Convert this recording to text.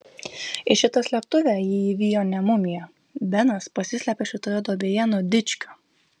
į šitą slėptuvę jį įvijo ne mumija benas pasislėpė šitoje duobėje nuo dičkių